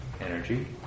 energy